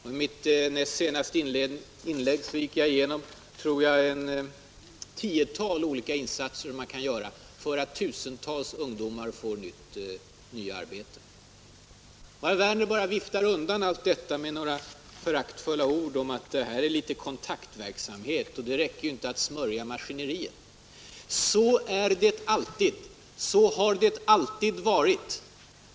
I mitt näst senaste inlägg gick jag igenom, tror jag, ett tiotal olika insatser man kan göra för att tusentals ungdomar skall få nya arbeten. Herr Werner bara viftar undan allt detta med några föraktfulla ord om att det är litet ”kontaktverksamhet” och att det inte räcker att ”smörja maskineriet”. Så är det alltid, så har det alltid varit.